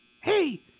Hey